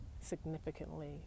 significantly